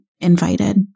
invited